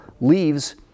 leaves